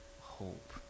hope